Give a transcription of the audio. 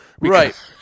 Right